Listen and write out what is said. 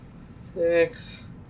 Six